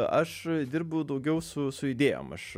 aš dirbu daugiau su su idėjom aš